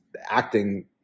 acting